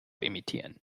emittieren